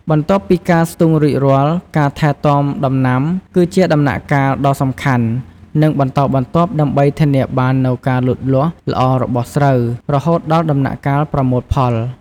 បន្ទាប់ពីការស្ទូងរួចរាល់ ការថែទាំដំណាំ គឺជាដំណាក់កាលដ៏សំខាន់ និងបន្តបន្ទាប់ដើម្បីធានាបាននូវការលូតលាស់ល្អរបស់ស្រូវ រហូតដល់ដំណាក់កាលប្រមូលផល។